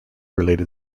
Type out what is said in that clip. related